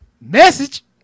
Message